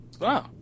wow